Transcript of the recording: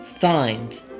find